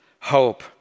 Hope